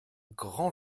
grand